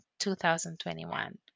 2021